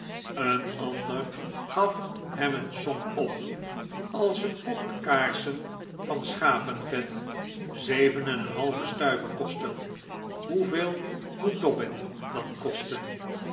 een ander gaf hem een som op als een pond kaarsen van schapenvet zeven eneen halven stuiver kosten hoeveel moet dobbin dan kosten